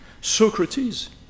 Socrates